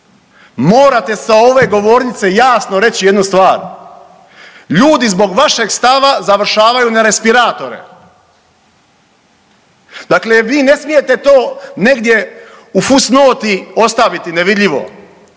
morate sa ove govornice jasno reći jednu stvar, ljudi zbog vašeg stava završavaju na respiratore. Dakle, vi ne smijete to negdje u fus noti ostaviti nevidljivo